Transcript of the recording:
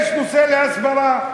יש נושא להסברה.